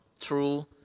True